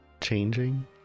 Changing